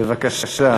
בבקשה.